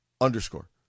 underscore